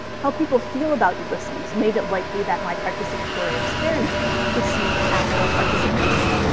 how people feel about ulysses made it likely that my participatory experiment would see actual participation,